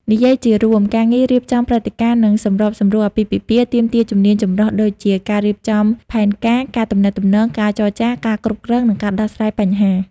និយាយជារួម ការងាររៀបចំព្រឹត្តិការណ៍ និងសម្របសម្រួលអាពាហ៍ពិពាហ៍ ទាមទារជំនាញចម្រុះដូចជា ការរៀបចំផែនការ ការទំនាក់ទំនង ការចរចារ ការគ្រប់គ្រង និងការដោះស្រាយបញ្ហា។